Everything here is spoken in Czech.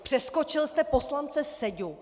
Přeskočil jste poslance Seďu...